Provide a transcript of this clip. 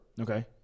Okay